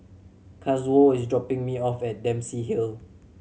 Kazuo is dropping me off at Dempsey Hill